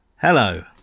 Hello